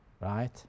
right